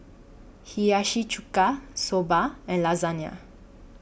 Hiyashi Chuka Soba and Lasagna